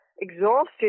exhausted